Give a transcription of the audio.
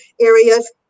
areas